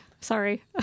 Sorry